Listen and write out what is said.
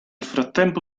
frattempo